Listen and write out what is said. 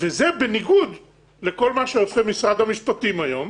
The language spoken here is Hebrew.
וזה בניגוד לכל מה שעושה משרד המשפטים היום,